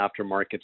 aftermarket